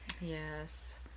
Yes